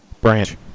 Branch